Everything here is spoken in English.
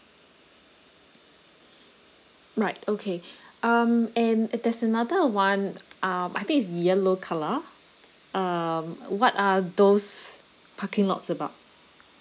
right okay um and uh there's another one um I think it's yellow colour um what are those parking lots about